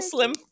Slim